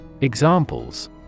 Examples